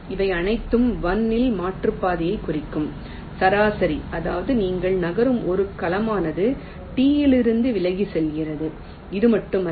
இவை அனைத்தும் 1 இன் மாற்றுப்பாதையை குறிக்கும் சராசரி அதாவது நீங்கள் நகரும் ஒரு கலமானது T இலிருந்து விலகி இருக்கிறது இது மட்டுமல்ல